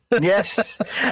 Yes